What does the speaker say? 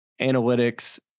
analytics